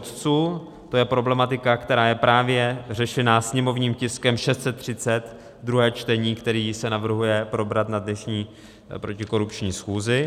To je problematika, která je právě řešena sněmovním tiskem 630, druhé čtení, který se navrhuje probrat na dnešní protikorupční schůzi.